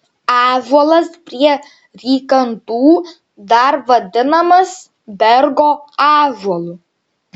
ąžuolas prie rykantų dar vadinamas bergo ąžuolu